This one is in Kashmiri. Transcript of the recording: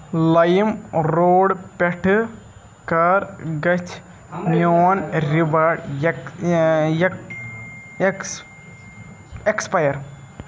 لایِم روڈ پٮ۪ٹھٕ کَر گژھِ میون ریوارڑ یک یک ایکسپایر